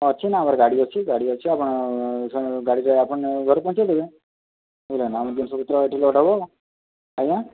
ଅଛି ନା ଆମର ଗାଡ଼ି ଅଛି ଗାଡ଼ି ଅଛି ଆପଣ ସାମାନ ଗାଡ଼ିରେ ଆପଣ ଘରେ ପହଞ୍ଚାଇଦେବେ ବୁଝିଲେନା ଆମର ଜିନିଷପତ୍ର ଏଠି ଲୋଡ଼୍ ହେବ ଆଜ୍ଞା